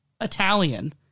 Italian